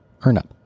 EarnUp